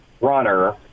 runner